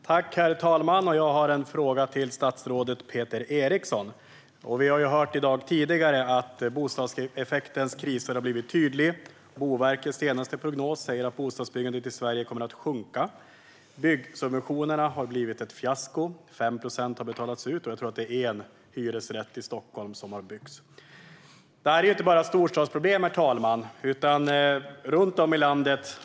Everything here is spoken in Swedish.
Herr talman! Jag har en fråga till statsrådet Peter Eriksson. Vi har tidigare hört i dag att bostadskrisens effekter har blivit tydliga. I Boverkets senaste prognos står det att bostadsbyggandet i Sverige kommer att sjunka. Byggsubventionerna har blivit ett fiasko. 5 procent har betalats ut. Jag tror att man har byggt en hyresrätt i Stockholm. Detta är inte bara ett storstadsproblem, herr talman, utan det gäller runt om i landet.